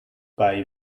bei